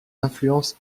influence